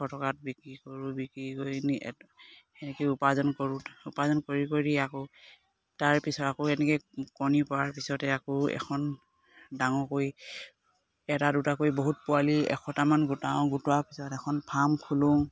সাতশ টকাত বিক্ৰী কৰোঁ বিক্ৰী কৰি সেনেকে উপাৰ্জন কৰোঁ উপাৰ্জন কৰি কৰি আকৌ তাৰপিছত আকৌ এনেকে কণী পৰাৰ পিছতে আকৌ এখন এটা দুটা কৰি বহুত পোৱালি এশটামান গোটাওঁ গোটোৱাৰ পিছত এখন ফাৰ্ম খোলোঁ